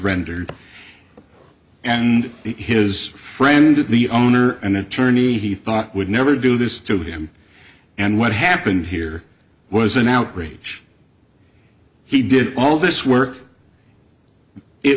rendered and his friend to the owner an attorney he thought would never do this to him and what happened here was an outrage he did all this work it